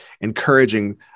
encouraging